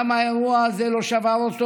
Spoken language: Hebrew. גם האירוע הזה לא שבר אותו.